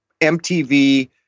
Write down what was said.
MTV